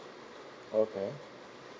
okay